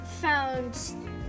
found